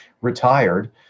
retired